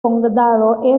condado